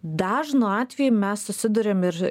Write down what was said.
dažnu atveju mes susiduriam ir